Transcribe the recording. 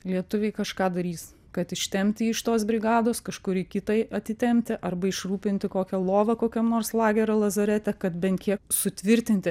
lietuviai kažką darys kad ištempti jį iš tos brigados kažkur į kitai atitempti arba išrūpinti kokią lovą kokiam nors lagerio lazarete kad bent kiek sutvirtinti